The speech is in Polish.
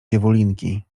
dziewulinki